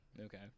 Okay